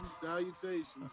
Salutations